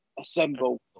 Assemble